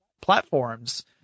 platforms